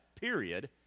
period